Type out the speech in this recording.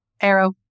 arrow